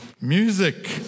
Music